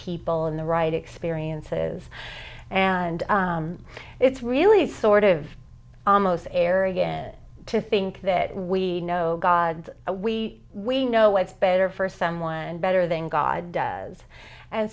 people in the right experiences and it's really sort of almost arrogant to think that we know god we we know what's better for someone better than god does and